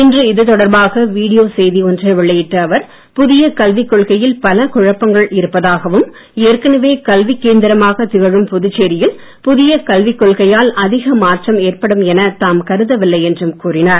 இன்று இது தொடர்பாக வீடியோ செய்தி ஒன்றை வெளியிட்ட அவர் புதிய கல்விக் கொள்கையில் பல குழப்பங்கள் இருப்பதாகவும் ஏற்கனவே கல்விக் கேந்திரமாகத் திகழும் புதுச்சேரியில் புதிய கல்வி கொள்கையால் அதிக மாற்றம் ஏற்படும் எனத் தாம் கருதவில்லை என்றும் கூறினார்